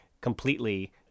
completely